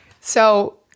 So-